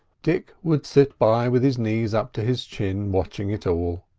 dick would sit by with his knees up to his chin, watching it all.